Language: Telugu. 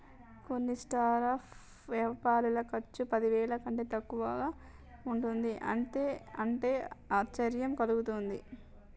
కొన్ని స్టార్టప్ వ్యాపారుల ఖర్చు పదివేల కంటే తక్కువగా ఉంటుంది అంటే ఆశ్చర్యం కలుగుతుంది